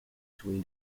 between